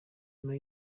nyuma